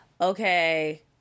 okay